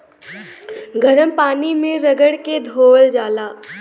गरम पानी मे रगड़ के धोअल जाला